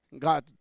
God